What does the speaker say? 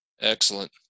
Excellent